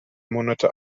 monate